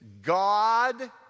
God